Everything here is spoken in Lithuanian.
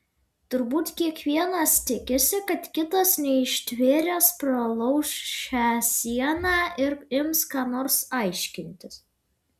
turbūt kiekvienas tikisi kad kitas neištvėręs pralauš šią sieną ir ims ką nors aiškintis